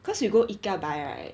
cause you go ikea buy right